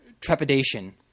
trepidation